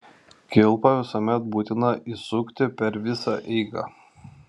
kilpą visuomet būtina įsukti per visą eigą